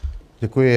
Děkuji.